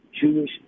Jewish